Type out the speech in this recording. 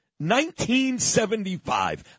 1975